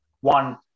one